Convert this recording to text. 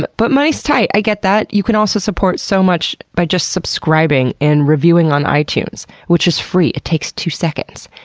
but but money's tight, i get that. you can also support so much by just subscribing and reviewing on itunes which is free, it takes two seconds.